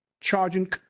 charging